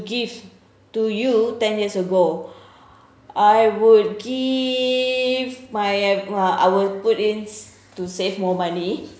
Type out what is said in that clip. give to you ten years ago I would give my at uh I will put in to save more money